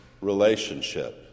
relationship